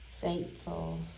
faithful